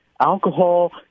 Alcohol